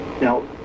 Now